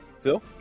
Phil